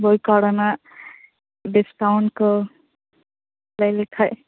ᱵᱳᱭ ᱠᱚᱨᱮᱱᱟᱜ ᱰᱤᱥᱠᱟᱣᱩᱱᱴ ᱠᱚ ᱞᱟ ᱭ ᱞᱮᱠᱷᱟᱱ